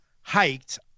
hiked